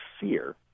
fear